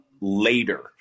later